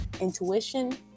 intuition